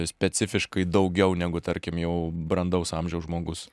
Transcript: specifiškai daugiau negu tarkim jau brandaus amžiaus žmogus